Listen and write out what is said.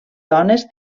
dones